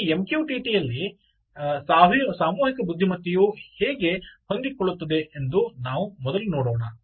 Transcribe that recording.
ಈ MQTT ಎಲ್ಲಿ ಸಾಮೂಹಿಕ ಬುದ್ಧಿಮತ್ತೆಯು ಹೇಗೆ ಹೊಂದಿಕೊಳ್ಳುತ್ತದೆ ಎಂದು ನಾವು ಮೊದಲು ನೋಡೋಣ